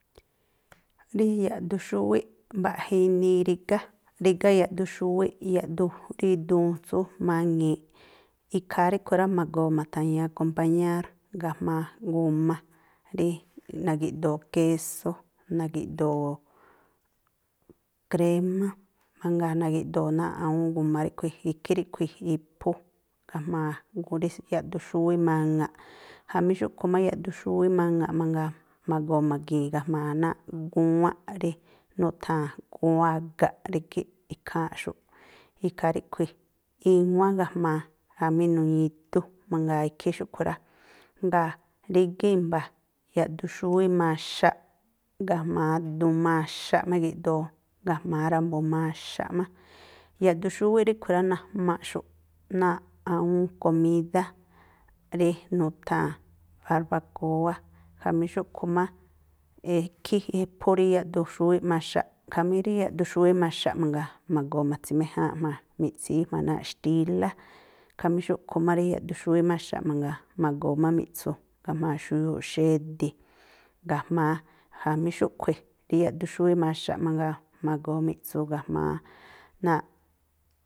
Rí yaꞌduxúwíꞌ, mbaꞌja inii rígá, rígá yaꞌduxúwíꞌ, yaꞌdu, rí duun tsú maŋi̱iꞌ. Ikhaa ríꞌkhui̱ rá, ma̱goo ma̱tha̱ñi̱i acompañár ga̱jma̱a guma rí nagi̱ꞌdoo késó, nagi̱ꞌdoo krémá, mangaa nagi̱ꞌdoo náa̱ꞌ awúún guma ríꞌkhui̱, ikhí ríꞌkhui̱ iphú ga̱jma̱a rí yaꞌduxúwíꞌ maŋa̱ꞌ. Jamí xúꞌkhui̱ má yaꞌduun xúwíꞌ maŋa̱ꞌ mangaa, ma̱goo ma̱gi̱i̱n ga̱jma̱a náa̱ꞌ gúwánꞌ rí nutha̱an gúwánꞌ ga̱ꞌ rígíꞌ ikháa̱nꞌxu̱ꞌ. Ikhaa ríꞌkhui̱ iwán ga̱jma̱a, jamí nu̱ñi̱i idú mangaa ikhí xúꞌkhui̱ rá. Jngáa̱ rígá i̱mba̱, yaꞌduxúwíꞌ maxaꞌ ga̱jma̱a duun maxaꞌ má igi̱ꞌdoo ga̱jma̱a ra̱mbu̱ maxaꞌ má. Yaꞌduxúwíꞌ ríꞌkhui̱ rá najmaꞌxu̱ꞌ náa̱ꞌ awúún komídá rí nutháa̱n barbakóá, jamí xúꞌkhui̱ má ekhí iphú yaꞌduxúwíꞌ maxaꞌ. Khamí rí yaꞌduxúwíꞌ maxaꞌ mangaa, ma̱goo ma̱tsi̱méjáánꞌ jma̱a, mi̱ꞌtsíí jma̱a náa̱ꞌ xtílá. Khamí xúꞌkhui̱ má rí yaꞌduxúwíꞌ maxaꞌ mangaa, ma̱goo má mi̱ꞌtsu ga̱jma̱a xuyuuꞌ xedi̱ ga̱jma̱a. Jamí xúꞌkhui̱ rí yaꞌduxúwíꞌ maxaꞌ mangaa, ma̱goo mi̱ꞌtsu ga̱jma̱a náa̱ꞌ.